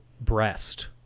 breast